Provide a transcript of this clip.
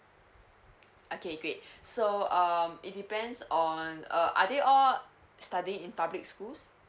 okay great so um it depends on uh are they all studying in public schools